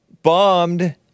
bombed